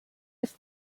ist